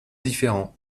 différents